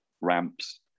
Ramps